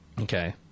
Okay